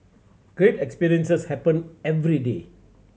great experiences happen every day